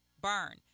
burn